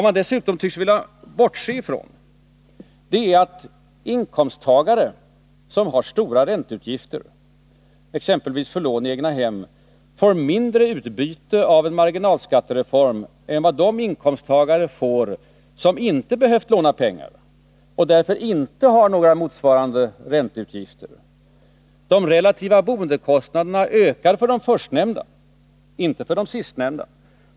Man tycks vilja bortse från att inkomsttagare som har stora ränteutgifter, exempelvis för lån i egnahem, får mindre utbyte av en marginalskattesänkning än vad de inkomsttagare får som inte behövt låna och därför inte har några motsvarande ränteutgifter. De relativa boendekostnaderna ökar för de förstnämnda — inte för de sistnämnda.